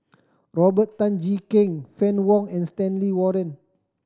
Robert Tan Jee Keng Fann Wong and Stanley Warren